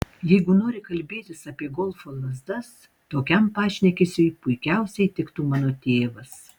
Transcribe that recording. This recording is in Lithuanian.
jeigu nori kalbėtis apie golfo lazdas tokiam pašnekesiui puikiausiai tiktų mano tėvas